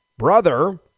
brother